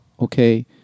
okay